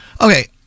Okay